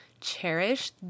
cherish